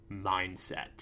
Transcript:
mindset